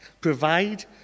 provide